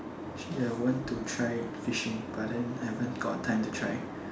ya I want to try fishing but then I haven't got time to try